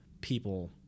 people